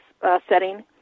setting